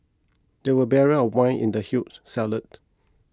there were barrel of wine in the huge cellar